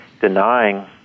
denying